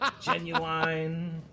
genuine